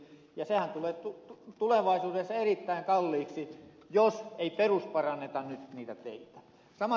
sehän tulee tulevaisuudessa erittäin kalliiksi jos ei perusparanneta nyt niitä teitä